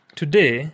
today